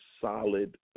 solid